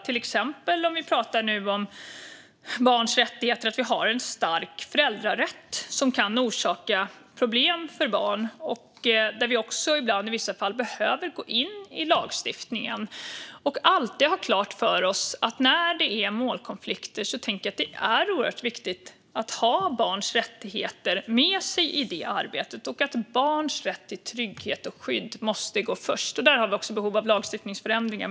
Vi talar nu till exempel om barns rättigheter. Vi har en stark föräldrarätt som kan orsaka problem för barn. Vi behöver i vissa fall gå in i lagstiftningen. Vi ska alltid ha klart för oss att när det är målkonflikter är det oerhört viktigt att ha barns rättigheter med sig i det arbetet. Barns rätt till trygghet och skydd måste gå först. Där har vi behov av lagstiftningsförändringar.